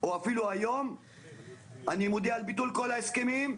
או אפילו היום אני מודיע על ביטול כל ההסכמים,